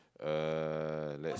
uh let's